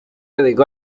dedicó